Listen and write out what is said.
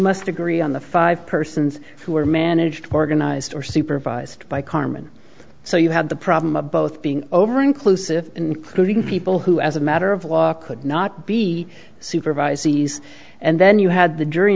must agree on the five persons who are managed organized or supervised by carmen so you had the problem of both being over inclusive including people who as a matter of law could not be supervising ease and then you had the jury